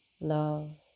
love